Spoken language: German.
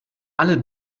alle